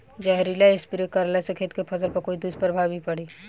जहरीला स्प्रे करला से खेत के फसल पर कोई दुष्प्रभाव भी पड़ी?